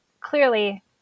clearly